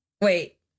Wait